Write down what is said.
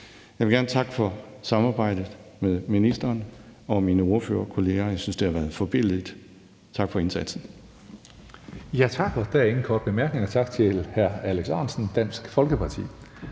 Jeg vil gerne takke for samarbejdet med ministeren og mine ordførerkollegaer. Jeg synes, det har været forbilledligt. Tak for indsatsen. Kl. 18:07 Tredje næstformand (Karsten Hønge): Der er ingen korte bemærkninger. Tak til hr. Alex Ahrendtsen, Dansk Folkeparti.